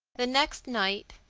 the next night,